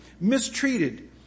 mistreated